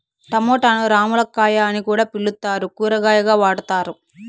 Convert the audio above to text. టమోటాను రామ్ములక్కాయ అని కూడా పిలుత్తారు, కూరగాయగా వాడతారు